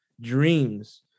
dreams